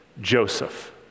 Joseph